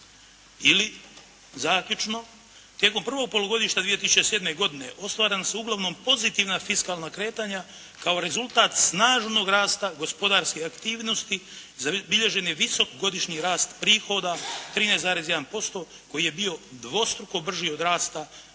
ili zaključno, tijekom prvog polugodišta 2007. godine ostvarena su uglavnom pozitivna fiskalna kretanja kao rezultat snažnog rasta gospodarske aktivnosti zabilježen je visok godišnji rast prihoda 13,1% koji je bio dvostruko brži od rasta